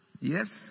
Yes